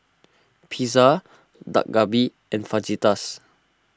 Pizza Dak Galbi and Fajitas